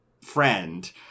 friend